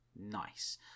nice